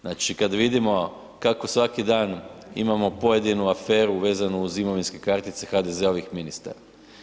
Znači kad vidimo kako svaki dan imamo pojedinu aferu vezanu uz imovinske kartice HDZ-ovih ministara.